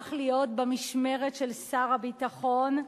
הפך להיות במשמרת של שר הביטחון,